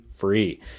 free